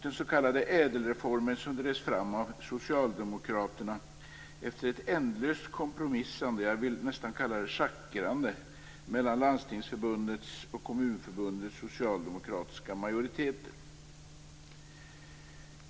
Den s.k. ädelreformen drevs fram av Socialdemokraterna efter ett ändlöst kompromissande, jag vill nästa kalla det schackrande, mellan Landstingsförbundets och Kommunförbundets socialdemokratiska majoriteter.